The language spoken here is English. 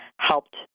helped